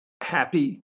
happy